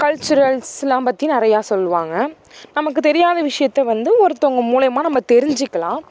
culturals எல்லாம் பற்றி நிறையா சொல்லுவாங்க நமக்கு தெரியாத விஷியத்தை வந்து ஒருத்தவங்க மூலியமா நம்ம தெரிஞ்சிக்கலாம்